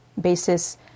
basis